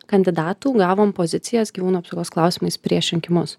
kandidatų gavome pozicijas gyvūnų apsaugos klausimais prieš rinkimus